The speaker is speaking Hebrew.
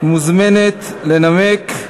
מוזמנת לנמק,